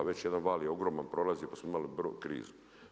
Već jedan val je ogroman prolazio, pa smo imali … krizu.